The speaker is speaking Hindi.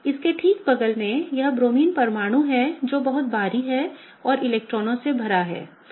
इसके ठीक बगल में यह ब्रोमीन परमाणु है जो बहुत भारी और इलेक्ट्रॉनों से भरा है